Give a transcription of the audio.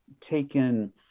taken